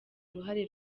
uruhare